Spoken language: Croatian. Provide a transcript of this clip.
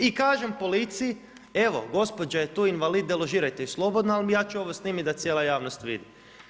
I kažem policiji, evo gospođa je tu invalid, deložirajte ju slobodno ali ja ću ovo snimiti da cijela javnost vidi.